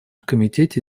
комитете